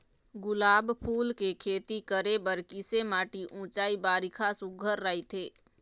गुलाब फूल के खेती करे बर किसे माटी ऊंचाई बारिखा सुघ्घर राइथे?